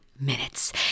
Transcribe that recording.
Minutes